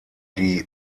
die